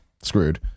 screwed